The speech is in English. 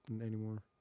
anymore